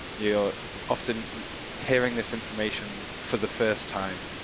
you're often hearing this information for the first time.